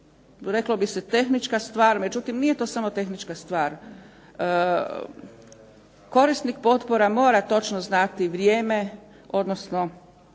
reklo bi se tehnička stvar. Međutim, nije to samo tehnička stvar. Korisnik potpora mora točno znati vrijeme, odnosno